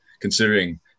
considering